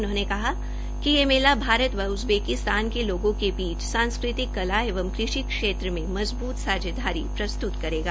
उन्होंने कहा कि यह मेला भारत व उजबेकिस्तान के लोगों के बीच सांस्कृतिक कला एवं कृषि क्षेत्र में मजबृत सांझेदारी प्रस्तुत करेगा